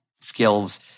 skills